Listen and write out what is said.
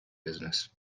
business